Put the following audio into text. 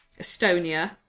Estonia